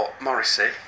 Morrissey